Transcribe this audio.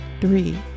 Three